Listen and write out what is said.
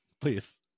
Please